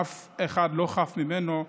אף אחד לא חף ממנו,